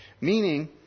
Meaning